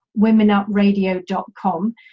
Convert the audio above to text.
womenupradio.com